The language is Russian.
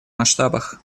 масштабах